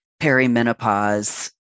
perimenopause